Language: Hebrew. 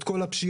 את כל הפשיעה,